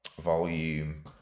volume